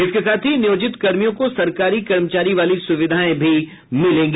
इसके साथ ही नियोजित कर्मियों को सरकारी कर्मचारी वाली सुविधाएं मिलेगी